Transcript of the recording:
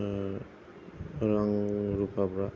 रां रुफाफ्रा